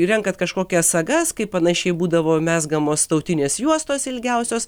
renkat kažkokias sagas kai panašiai būdavo mezgamos tautinės juostos ilgiausios